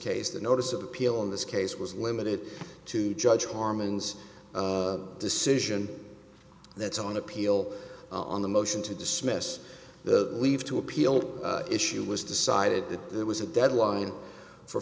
case the notice of appeal in this case was limited to judge harmon's decision that's on appeal on the motion to dismiss the leave to appeal issue was decided that there was a deadline for